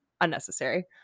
unnecessary